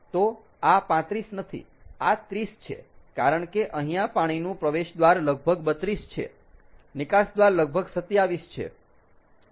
તો આ 35 નથી આ 30 છે કારણ કે અહીંયા પાણીનું પ્રવેશ દ્વાર લગભગ 32 છે નિકાસ દ્વાર લગભગ 27 છે